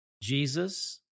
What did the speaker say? Jesus